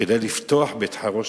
וכדי לפתוח בית-חרושת,